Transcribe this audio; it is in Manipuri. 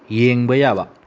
ꯌꯦꯡꯕ ꯌꯥꯕ